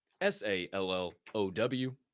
S-A-L-L-O-W